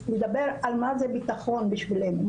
לדבר על מה זה ביטחון בשבילנו.